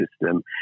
system